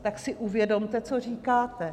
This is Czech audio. Tak si uvědomte, co říkáte!